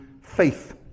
faith